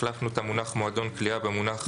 החלפנו את המונח "מועדון קליעה" במונח